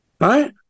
Right